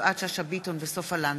יפעת שאשא ביטון וסופה לנדבר,